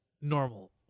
normal